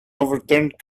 overturned